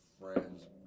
friend's